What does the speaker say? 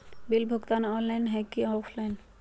Bill भुगतान online है की ऑफलाइन?